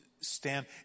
stand